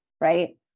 right